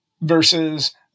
versus